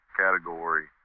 category